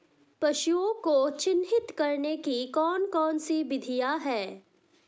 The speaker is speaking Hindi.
पशुओं को चिन्हित करने की कौन कौन सी विधियां हैं?